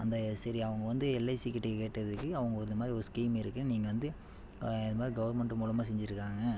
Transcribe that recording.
அந்த சரி அவங்க வந்து எல்ஐசிக்கிட்ட கேட்டதுக்கு அவங்க இந்தமாதிரி ஒரு ஸ்கீம் இருக்குது நீங்கள் வந்து இதைமாரி கவுர்மெண்ட் மூலமாக செஞ்சிருக்காங்க